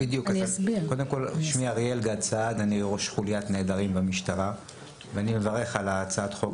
אני ראש חוליית נעדרים במשטרה ואני מברך על הצעת החוק